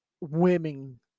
women